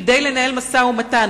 כדי לנהל משא-ומתן,